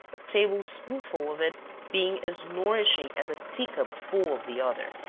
a table-spoonful of it being as nourishing as a tea-cup full of the other.